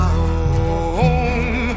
home